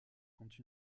compte